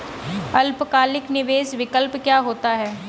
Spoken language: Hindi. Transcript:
अल्पकालिक निवेश विकल्प क्या होता है?